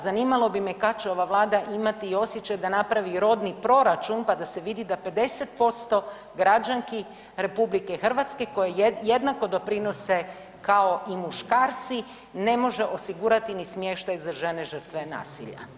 Zanimalo bi me kad će ova vlada imati osjećaj da napravi rodni proračun, pa da se vidi da 50% građanki RH koje jednako doprinose kao i muškarci, ne može osigurati ni smještaj za žene žrtve nasilja?